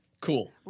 Cool